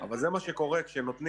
אבל זה מה שקורה כשנותנים